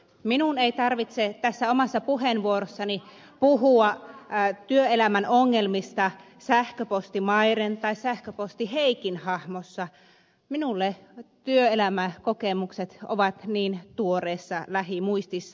minun ei tarvitse tässä omassa puheenvuorossani puhua työelämän ongelmista sähköposti mairen tai sähköposti heikin hahmossa minulla työelämäkokemukset ovat niin tuoreessa lähimuistissa